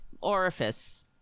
orifice